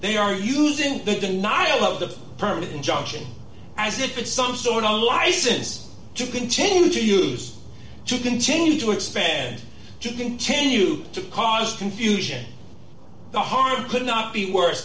they are using the denial of the permanent injunction as it could some sort of license to continue to use to continue to expand to continue to cause confusion the harm could not be worse